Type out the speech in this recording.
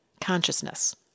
consciousness